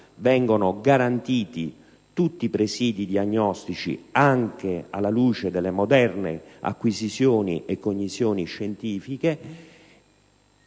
vengano garantiti tutti i presidi diagnostici, anche alla luce delle moderne acquisizioni e conoscenze scientifiche.